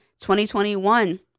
2021